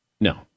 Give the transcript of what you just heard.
No